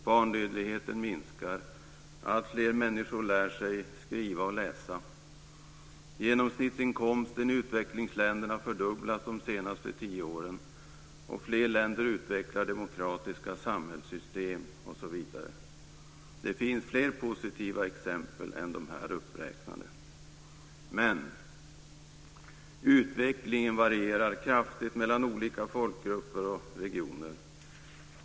Barndödligheten minskar. Alltfler människor lär sig skriva och läsa. Genomsnittsinkomsten i utvecklingsländerna har fördubblats under de senaste tio åren. Fler länder utvecklar demokratiska samhällssystem osv. Det finns fler positiva exempel än de här uppräknade. Dock varierar utvecklingen kraftigt mellan olika folkgrupper och regioner.